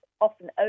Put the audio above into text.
often